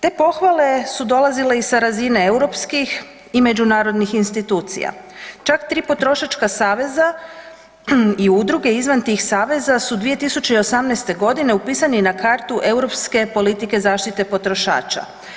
Te pohvale su dolazile i sa razine europskih i međunarodnih institucija, čak 3 potrošačka saveza i udruge izvan tih saveza su 2018. g. upisani na kartu europske politike zaštite potrošača.